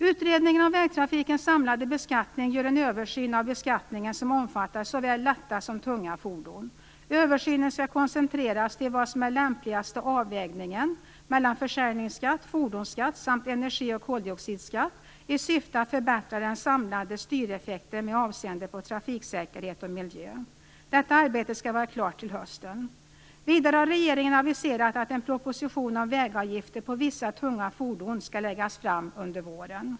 Utredningen om vägtrafikens samlade beskattning gör en översyn av beskattningen som omfattar såväl lätta som tunga fordon. Översynen skall koncentreras till vad som är den lämpligaste avvägningen mellan försäljningsskatt, fordonsskatt samt energi och koldioxidskatt i syfte att förbättra den samlade styreffekten med avseende på trafiksäkerhet och miljö. Detta arbete skall vara klart till hösten. Vidare har regeringen aviserat att en proposition om vägavgifter på vissa tunga fordon skall läggas fram under våren.